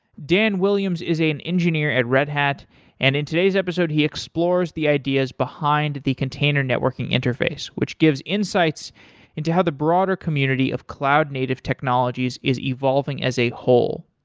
dan williams is an engineer at red hat and in today's episode, he explores the ideas behind the container networking interface. which gives insights into how the broader community of cloud native technologies is evolving as a whole.